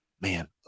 man